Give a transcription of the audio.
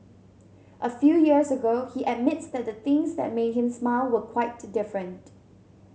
a few years ago he admits that the things that made him smile were quite different